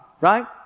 Right